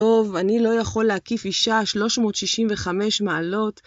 טוב, אני לא יכול להקיף אישה 365 מעלות.